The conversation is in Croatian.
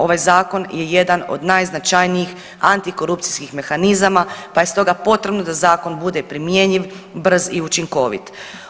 Ovaj zakon je jedan od najznačajnijih antikorupcijskih mehanizama, pa je stoga potrebno da zakon bude primjenjiv, brz i učinkovit.